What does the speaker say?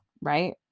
right